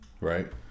right